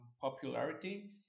popularity